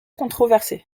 controversé